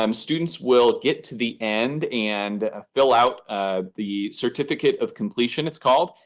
um students will get to the end and fill out ah the certificate of completion, it's called.